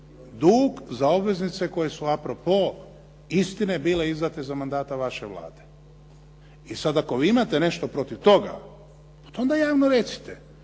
dug za obveznice koje su a propos istine bile izdate za mandata vaše Vlade. I sad ako vi imate nešto protiv toga, pa to onda javno recite.